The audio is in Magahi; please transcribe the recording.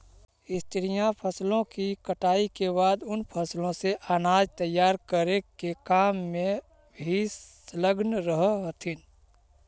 स्त्रियां फसलों की कटाई के बाद उन फसलों से अनाज तैयार करे के काम में भी संलग्न रह हथीन